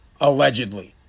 Allegedly